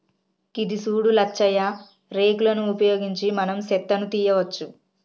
గిది సూడు లచ్చయ్య రేక్ లను ఉపయోగించి మనం సెత్తను తీయవచ్చు